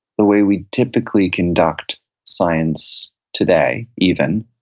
the way we typically conduct science today even,